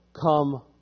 come